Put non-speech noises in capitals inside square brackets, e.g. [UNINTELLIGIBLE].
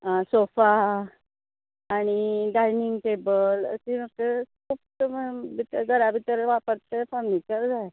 sofa आनी dining table अशें म्हाका [UNINTELLIGIBLE] भितर घरा भितर वापरचें फर्निचर जाय